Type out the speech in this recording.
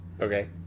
Okay